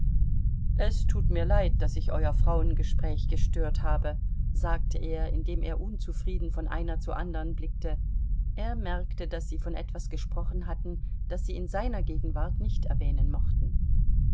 es tut mir leid daß ich euer frauengespräch gestört habe sagte er indem er unzufrieden von einer zur andern blickte er merkte daß sie von etwas gesprochen hatten das sie in seiner gegenwart nicht erwähnen mochten